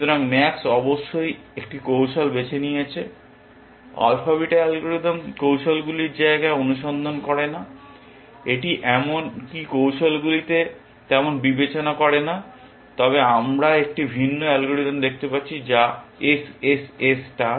সুতরাং ম্যাক্স অবশ্যই একটি কৌশল বেছে নিয়েছে আলফা বিটা অ্যালগরিদম কৌশলগুলির জায়গায় অনুসন্ধান করে না এটি এমনকি কৌশলগুলিকে তেমন বিবেচনা করে না তবে আমরা একটি ভিন্ন অ্যালগরিদম দেখতে যাচ্ছি যা SSS ষ্টার